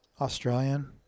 Australian